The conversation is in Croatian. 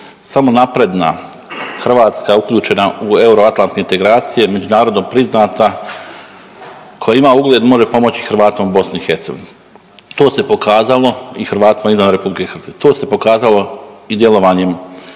Samo napredna Hrvatska uključena u euroatlantske integracije, međunarodno priznata, koja ima ugled, može pomoći Hrvatima u BiH. To se pokazalo i Hrvatima izvan RH, to se pokazalo i djelovanjem Vlade